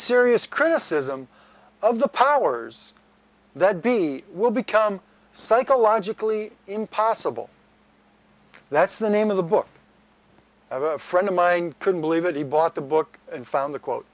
serious criticism of the powers that be will become psychologically impossible that's the name of the book a friend of mine couldn't believe it he bought the book and found the quote